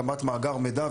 הקמת מאגר מידע,